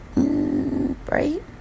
right